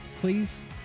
please